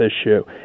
issue